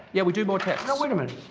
yeah, we do more tests. no, wait a minute.